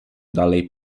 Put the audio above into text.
dalej